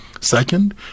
Second